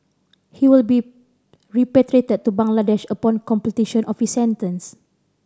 he will be repatriated to Bangladesh upon completion of his sentence